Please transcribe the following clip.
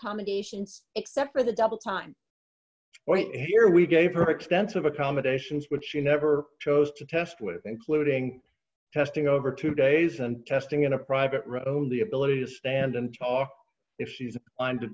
accommodations except for the double time point here we gave her extensive accommodations but she never chose to test with including testing over two days and testing in a private row the ability to stand and talk if she's on to